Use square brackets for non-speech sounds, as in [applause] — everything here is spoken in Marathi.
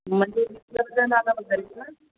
म्हणजे [unintelligible]